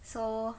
so